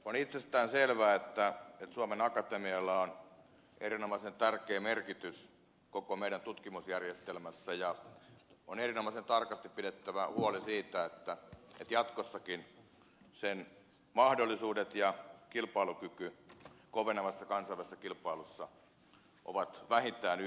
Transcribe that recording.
on itsestäänselvää että suomen akatemialla on erinomaisen tärkeä merkitys koko meidän tutkimusjärjestelmässämme ja on erinomaisen tarkasti pidettävä huoli siitä että jatkossakin sen mahdollisuudet ja kilpailukyky kovenevassa kansainvälisessä kilpailussa ovat vähintään yhtä hyvät